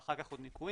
ואחר כך עוד ניכויים.